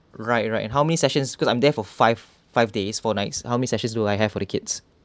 right right and how many sessions because I'm there for five five days four nights how many sessions do I have for the kids